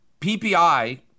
PPI